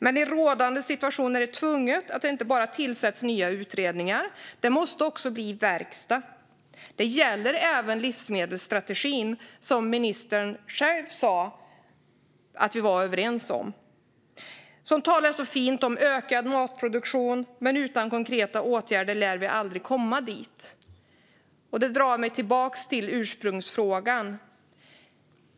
I rådande situation kan det dock inte bara tillsättas nya utredningar, utan det måste också bli verkstad. Detta gäller även livsmedelsstrategin, som ministern själv sa att vi är överens om. Den talar fint om ökad matproduktion. Men utan konkreta åtgärder lär vi aldrig komma dit. Detta för mig tillbaka till ursprungsfrågan.